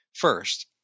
First